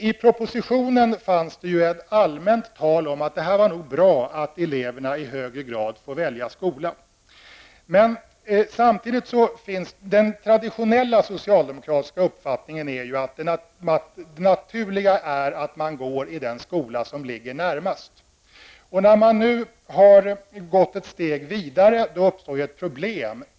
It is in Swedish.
I propositionen förekom ett allmänt tal om att det nog är bra att eleverna i högre grad får välja skola. Den traditionella socialdemokratiska uppfattningen är dock att det naturliga är att man går i den skola som ligger närmast bostaden. När man nu har gått ett steg vidare, uppstår ett problem.